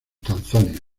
tanzania